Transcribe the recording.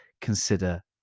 consider